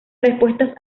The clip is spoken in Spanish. respuestas